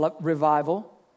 revival